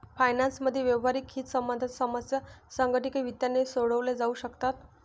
finance मधील व्यावहारिक हितसंबंधांच्या समस्या संगणकीय वित्ताने सोडवल्या जाऊ शकतात